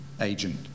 agent